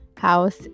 House